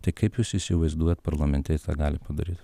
tai kaip jūs įsivaizduojat parlamente jis tą gali padaryt